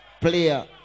player